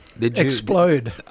explode